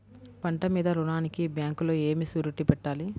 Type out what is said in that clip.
పంట మీద రుణానికి బ్యాంకులో ఏమి షూరిటీ పెట్టాలి?